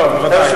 לא, בוודאי.